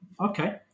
Okay